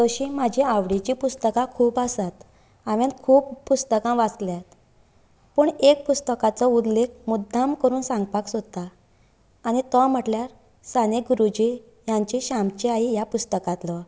तशी म्हजी आवडीची पुस्तकां खूब आसात हांवेन खूब पुस्तकां वाचल्यात पूण एक पुस्तकाचो उल्ले मुद्दम करून सांगपाक सोदता आनी तो म्हटल्यार साने गुरूजी हांची श्यामची आई ह्या पुस्तकांतलो